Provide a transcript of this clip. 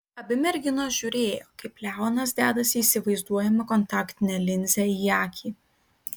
abi merginos žiūrėjo kaip leonas dedasi įsivaizduojamą kontaktinę linzę į akį